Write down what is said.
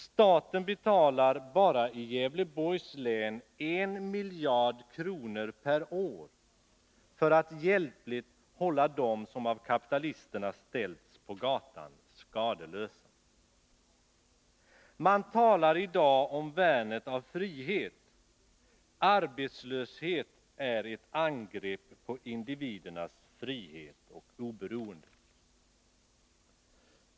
Staten betalar bara i Gävleborgs län 1 miljard kronor per år för att hjälpligt hålla dem som av kapitalisterna ställts på gatan skadeslösa. Man talar i dag om värnet av frihet. Arbetslöshet är ett angrepp på individernas frihet och oberoende.